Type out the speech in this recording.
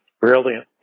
brilliant